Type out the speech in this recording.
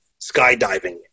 skydiving